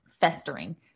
festering